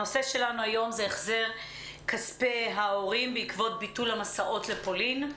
הנושא שלנו היום הוא החזר כספי ההורים בעקבות ביטול המסעות לפולין.